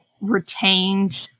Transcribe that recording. retained